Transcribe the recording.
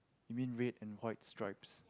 you mean red and white stripes